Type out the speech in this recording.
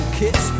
kiss